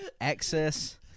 access